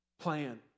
plan